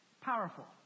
powerful